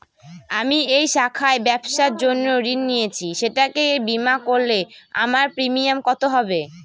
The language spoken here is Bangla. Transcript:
আমি এই শাখায় ব্যবসার জন্য ঋণ নিয়েছি সেটাকে বিমা করলে আমার প্রিমিয়াম কত হবে?